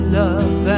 love